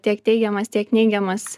tiek teigiamas tiek neigiamas